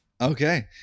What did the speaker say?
Okay